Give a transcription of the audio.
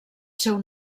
seu